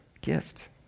gift